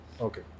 okay